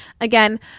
again